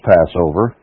Passover